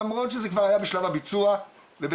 למרות שזה כבר היה בשלב הביצוע ובתהליכים,